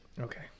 okay